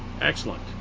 Excellent